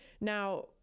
now